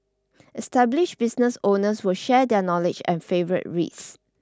established business owners will share their knowledge and favourite reads